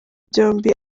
byombi